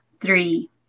Three